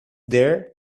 dear